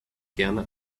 gerne